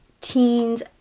teens